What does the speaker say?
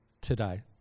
today